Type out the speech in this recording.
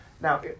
Now